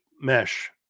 mesh